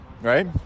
right